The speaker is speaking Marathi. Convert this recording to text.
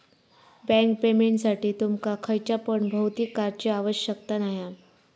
बँक पेमेंटसाठी तुमका खयच्या पण भौतिक कार्डची आवश्यकता नाय हा